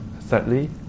Thirdly